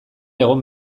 egon